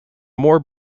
more